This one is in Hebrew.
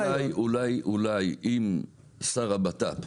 פה, אולי אולי, אם שר הבט"פ,